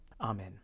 Amen